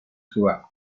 grew